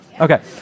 Okay